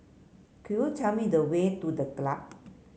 could you tell me the way to The Club